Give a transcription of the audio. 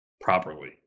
properly